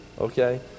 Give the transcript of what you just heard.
okay